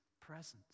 presence